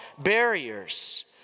barriers